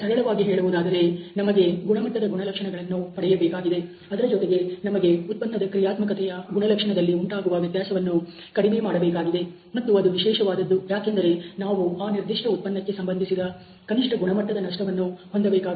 ಸರಳವಾಗಿ ಹೇಳುವುದಾದರೆ ನಮಗೆ ಗುಣಮಟ್ಟದ ಗುಣಲಕ್ಷಣಗಳನ್ನು ಪಡೆಯಬೇಕಾಗಿದೆ ಅದರ ಜೊತೆಗೆ ನಮಗೆ ಉತ್ಪನ್ನದ ಕ್ರಿಯಾತ್ಮಕತೆಯ ಗುಣ ಲಕ್ಷಣದಲ್ಲಿ ಉಂಟಾಗುವ ವ್ಯತ್ಯಾಸವನ್ನು ಕಡಿಮೆ ಮಾಡಬೇಕಾಗಿದೆ ಮತ್ತು ಅದು ವಿಶೇಷವಾದದ್ದು ಯಾಕೆಂದರೆ ನಾವು ಈ ನಿರ್ದಿಷ್ಟ ಉತ್ಪನ್ನಕ್ಕೆ ಸಂಬಂಧಿಸಿದ ಕನಿಷ್ಠ ಗುಣಮಟ್ಟದ ನಷ್ಟವನ್ನು ಹೊಂದಬೇಕಾಗಿತ್ತು